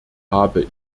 habe